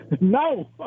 No